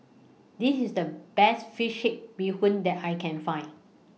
This IS The Best Fish Head Bee Hoon that I Can Find